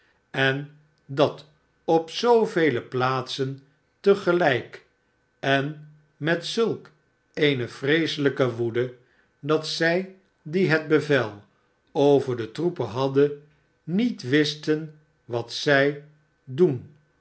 en dat op zoovele plaatsen te gelijk en met zulk eene vreeselijke woede dat zij die het bevel over de troepen hadden niet wisten wat zij doen